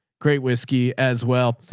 great whiskey as well.